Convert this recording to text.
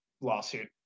lawsuit